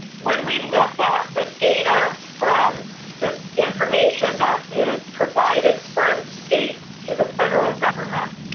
when we look at the data from the information that is provided from states to the federal government,